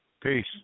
Peace